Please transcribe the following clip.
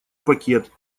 пакет